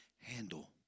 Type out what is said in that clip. handle